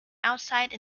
outside